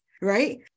right